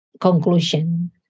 conclusion